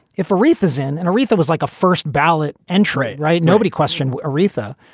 if aretha zijn and aretha was like a first ballot entry. right. nobody question aretha.